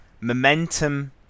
Momentum